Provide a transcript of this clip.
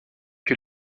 que